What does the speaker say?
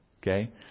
Okay